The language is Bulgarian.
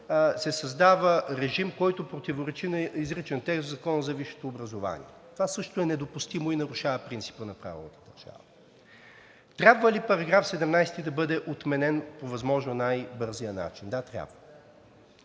се създава режим, който противоречи на изричен текст в Закона за висшето образование. Това също е недопустимо и нарушава принципа на правовата държава. Трябва ли § 17 да бъде отменен по възможно най-бързия начин? Да, трябва.